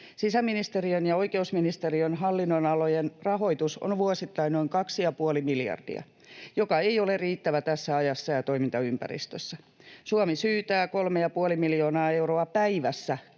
Sisäministeriön ja oikeusministeriön hallinnonalojen rahoitus on vuosittain noin kaksi ja puoli miljardia, joka ei ole riittävä tässä ajassa ja toimintaympäristössä. Suomi syytää kolme ja puoli miljoonaa euroa päivässä